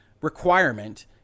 requirement